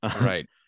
Right